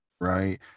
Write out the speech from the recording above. right